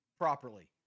properly